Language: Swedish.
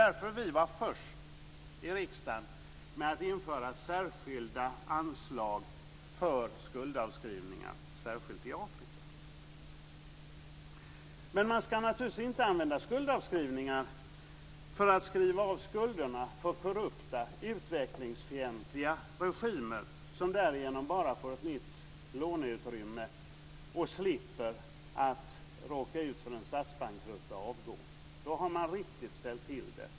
Därför var vi först i riksdagen med att införa särskilda anslag för skuldavskrivningar, särskilt i Afrika. Men man ska naturligtvis inte använda skuldavskrivningar för att skriva av skulderna för korrupta utvecklingsfientliga regimer som därigenom bara får ett nytt låneutrymme och slipper att råka ut för en statsbankrutt och avgå.